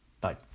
Bye